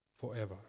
forever